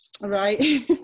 Right